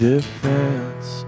Defense